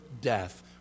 death